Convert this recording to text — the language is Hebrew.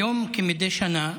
היום, כמדי שנה,